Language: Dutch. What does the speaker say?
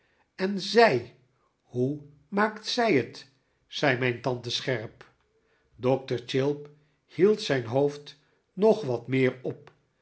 en zij hoe maakt zij het zei mijn tante scherp dokter chillip hield zijn hoofd nog wat meer op